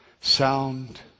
Sound